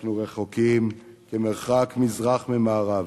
אנחנו רחוקים כמרחק מזרח ממערב.